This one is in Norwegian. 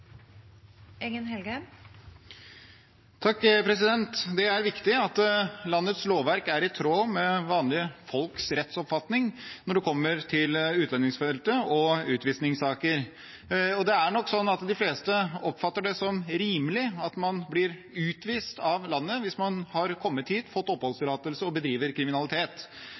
i tråd med vanlige folks rettsoppfatning når det gjelder utlendingsfeltet og utvisningssaker. Det er nok slik at de fleste oppfatter det som rimelig at man blir utvist fra landet hvis man har kommet hit, har fått oppholdstillatelse og bedriver kriminalitet.